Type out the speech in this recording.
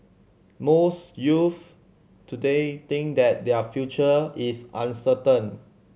most youths today think that their future is uncertain